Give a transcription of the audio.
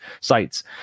sites